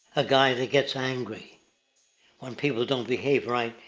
a guy that get's angry when people don't behave right.